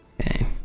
okay